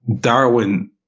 Darwin